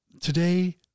Today